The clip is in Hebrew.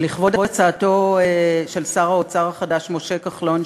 ולכבוד הצעתו של שר האוצר החדש משה כחלון,